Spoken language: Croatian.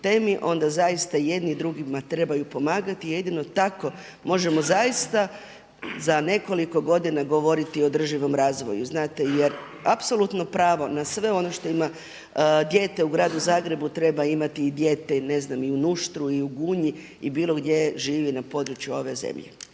onda zaista jedni drugima trebaju pomagati. Jedino tako možemo zaista za nekoliko godina govoriti o održivom razvoju. Znate jer apsolutno pravo na sve ono što ima dijete u gradu Zagrebu treba imati i dijete ne znam i u Nuštru i u Gunji i bilo gdje živi na području ove zemlje.